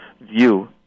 view